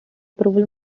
approval